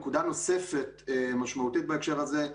נקודה נוספת משמעותית בהקשר הזה,